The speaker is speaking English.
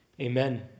Amen